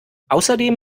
außerdem